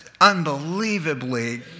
unbelievably